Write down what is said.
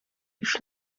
już